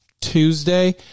Tuesday